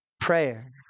prayer